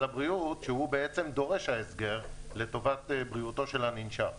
הבריאות שהוא בעצם דורש ההסגר לטובת בריאותו של הננשך.